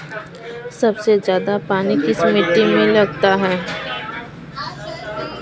सबसे ज्यादा पानी किस मिट्टी में लगता है?